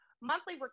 monthly